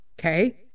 Okay